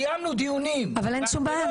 קיימנו דיונים -- אבל אין שום בעיה,